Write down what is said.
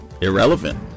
irrelevant